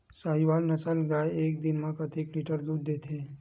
साहीवल नस्ल गाय एक दिन म कतेक लीटर दूध देथे?